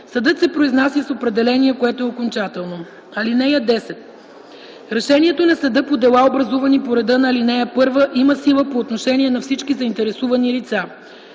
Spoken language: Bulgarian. Съдът се произнася с определение, което е окончателно. (10) Решението на съда по дела, образувани по реда на ал. 1, има сила по отношение на всички заинтересувани лица.”